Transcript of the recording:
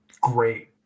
Great